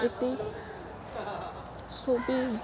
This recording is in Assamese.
এটি ছবি